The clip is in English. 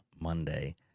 monday